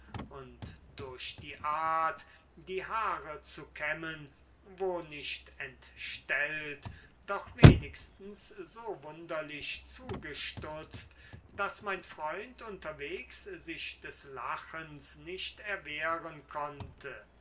und durch die art die haare zu kämmen wo nicht entstellt doch wenigstens so wunderlich zugestutzt daß mein freund unterwegs sich des lachens nicht erwehren konnte